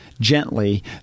gently